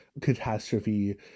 catastrophe